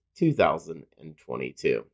2022